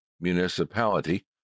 municipality